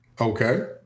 okay